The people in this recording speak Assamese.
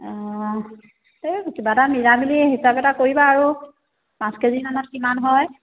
অঁ এই কিবা এটা মিলাই মেলি হিচাপে এটা কৰিবা আৰু পাঁচ কেজিমানত কিমান হয়